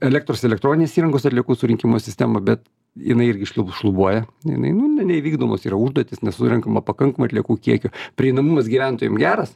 elektros elektroninės įrangos atliekų surinkimo sistemą bet jinai irgi šlub šlubuoja jinai nu ne neįvykdomos yra užduotys nesurenkama pakankamai atliekų kiekio prieinamumas gyventojam geras